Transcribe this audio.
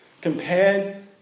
compared